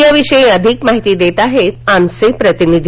या विषयी अधिक माहिती देत आहेत आमचे प्रतिनिधी